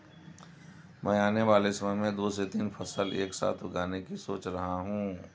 मैं आने वाले समय में दो से तीन फसल एक साथ उगाने की सोच रहा हूं